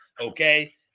okay